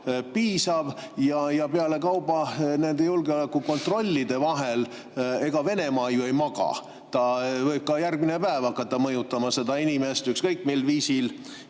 piisav. Pealekauba, ega nende julgeolekukontrollide vahel Venemaa ju ei maga, ta võib ka järgmine päev hakata mõjutama seda inimest ükskõik mil viisil.